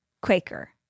Quaker